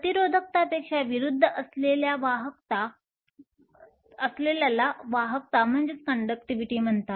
प्रतिरोधकतापेक्षा विरुद्ध असलेल्याला वाहकता म्हणतात